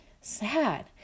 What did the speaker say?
sad